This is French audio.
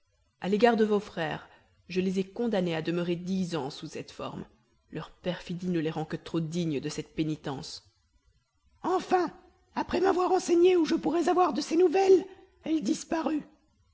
à l'égard de vos frères je les ai condamnés à demeurer dix ans sous cette forme leur perfidie ne les rend que trop dignes de cette pénitence enfin après m'avoir enseigné où je pourrais avoir de ses nouvelles elle disparut